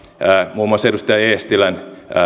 muun muassa edustaja eestilän